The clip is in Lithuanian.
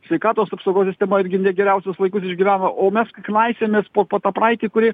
sveikatos apsaugos sistema irgi ne geriausius laikus išgyvena o mes knaisiojamės po po tą praeitį kuri